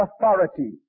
authority